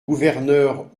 gouverneur